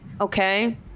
Okay